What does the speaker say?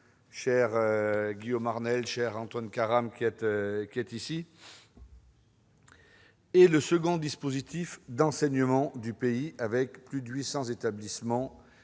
MM. Guillaume Arnell et Antoine Karam -, est le second dispositif d'enseignement du pays avec plus de 800 établissements